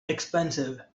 expensive